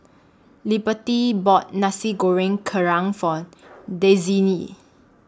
Liberty bought Nasi Goreng Kerang For Daisye